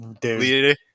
Dude